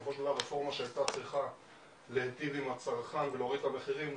בסופו של דבר רפורמה שהיתה צריכה להיטיב עם הצרכן ולהוריד את המחירים,